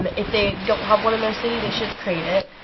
if they don't have one in their city, they should create it.